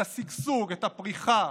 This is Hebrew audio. את השגשוג, את הפריחה,